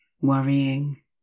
worrying